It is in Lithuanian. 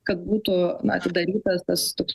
kad būtų na atidarytas tas toks